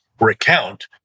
recount